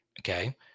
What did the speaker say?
okay